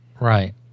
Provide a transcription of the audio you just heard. right